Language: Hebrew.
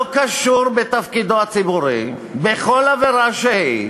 לא קשור בתפקידו הציבורי, בכל עבירה שהיא,